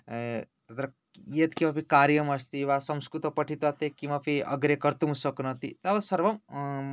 तत्र यद् किमपि कार्यम् अस्ति वा संस्कृतं पठित्वा ते किमपि अग्रे कर्तुं शक्नोति तावद् सर्वं